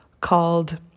called